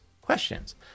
questions